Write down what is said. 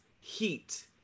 heat